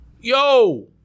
Yo